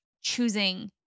choosing